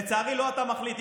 לצערי, לא אתה מחליט.